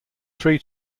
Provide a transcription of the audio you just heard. three